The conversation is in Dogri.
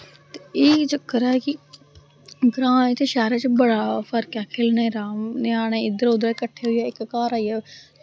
ते एह् चक्कर ऐ कि ग्रांऽ च ते शैह्रै च बड़ा फर्क ऐ खेलने दा ञ्यानें इद्धर उद्धर कट्ठे होइयै इक घर आइयै